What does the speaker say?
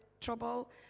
trouble